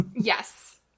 Yes